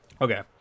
okay